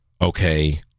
okay